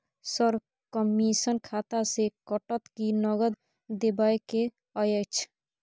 Sir, commission खाता से कटत कि नगद देबै के अएछ?